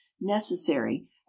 necessary